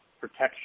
protection